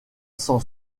s’en